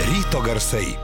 ryto garsai